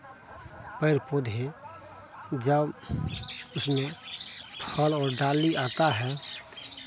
पेड़ पौधे जब उसमें फल और डाली आता है